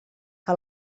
que